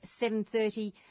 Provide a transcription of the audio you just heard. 7.30